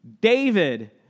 David